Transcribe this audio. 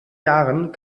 jahren